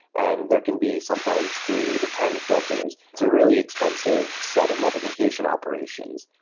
and there can be sometimes three to ten filters. it's a really expensive set of multiplication operations.